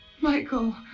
Michael